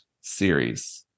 series